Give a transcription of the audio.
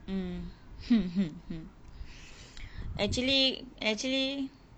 mm actually actually